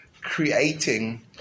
creating